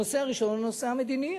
הנושא הראשון הוא הנושא המדיני,